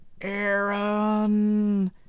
Aaron